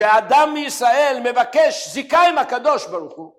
שאדם מישראל מבקש זיקה עם הקדוש ברוך הוא